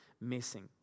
missing